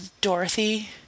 Dorothy